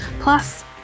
Plus